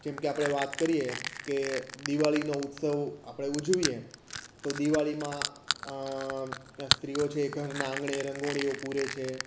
જેમ કે આપણે વાત કરીએ કે દિવાળીનો ઉત્સવ આપણે ઉજવીએ તો દિવાળીમાં સ્ત્રીઓ છે ઘર આંગણે રંગોળીઓ પૂરે છે